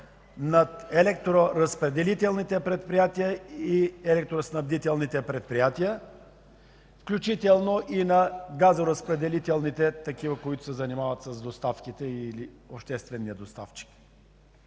над електроразпределителните предприятия и електроснабдителните предприятия, включително и на газоразпределителните, които се занимават с доставките или обществения доставчик.